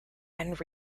and